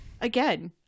again